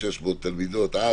1,600 תלמידות אז,